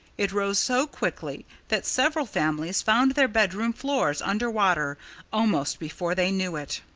it rose so quickly that several families found their bedroom floors under water almost before they knew it.